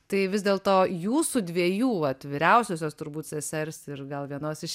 tai vis dėl to jūsų dviejų vat vyriausiosios turbūt sesers ir gal vienos iš